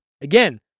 Again